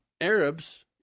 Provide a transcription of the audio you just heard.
Arabs